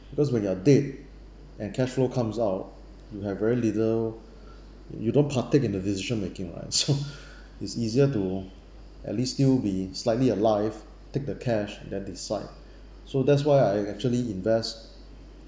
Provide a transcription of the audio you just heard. because when you are dead and cash flow comes out you have very little you don't partake in the decision making right so it's easier to at least still be slightly alive take the cash and then decide so that's why I I actually invest